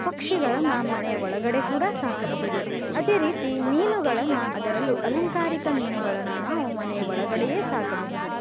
ಪಕ್ಷಿಗಳನ್ನು ಮನೆಯ ಒಳಗಡೆ ಕೂಡ ಸಾಕಬಹುದು ಅದೇ ರೀತಿ ಮೀನುಗಳನ್ನು ಅದರಲ್ಲೂ ಅಲಂಕಾರಿಕ ಮೀನುಗಳನ್ನು ನಾವು ಮನೆಯ ಒಳಗಡೆಯೇ ಸಾಕಬಹುದು